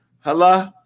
Hello